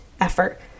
effort